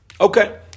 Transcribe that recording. Okay